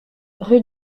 rue